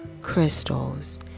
crystals